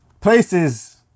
Places